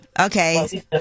Okay